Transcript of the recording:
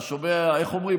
אתה שומע, איך אומרים?